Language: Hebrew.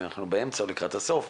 אם אנחנו באמצע או לקראת הסוף,